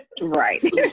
right